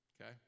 okay